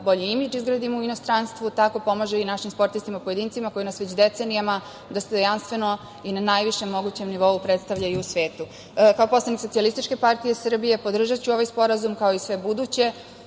bolji imidž izgradimo u inostranstvu, tako pomaže i našim sportistima i pojedincima koji nas već decenijama dostojanstveno i na najvišem mogućem nivou predstavljaju u svetu. Kao poslanik SPS podržaću ovaj sporazum, kao i sve buduće